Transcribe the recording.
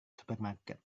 supermarket